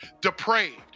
depraved